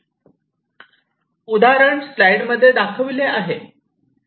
उदाहरण स्लाइडमध्ये दाखवले आहे